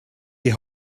die